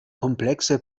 komplexe